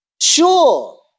sure